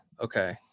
okay